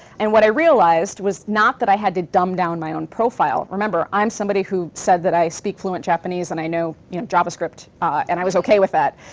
and what i realized was not that i had to dumb down my own profile. remember, i'm somebody who said that i speak fluent japanese and i know you know javascript and i was okay with that.